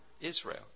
Israel